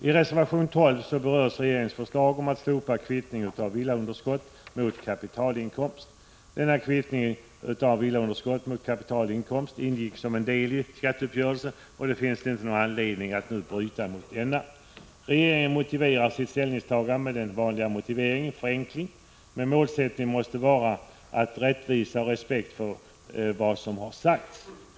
I reservation 12 berörs regeringens förslag att slopa kvittning av villaunderskott mot kapitalinkomst. Kvittningen av villaunderskott mot kapitalinkomst ingick som en del i skatteuppgörelsen, och det finns inte någon anledning att nu bryta mot denna. Regeringen motiverar som vanligt sitt ställningstagande med att man vill genomföra en förenkling. Men målsättningen måste också vara rättvisa och respekt för vad som har sagts.